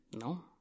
No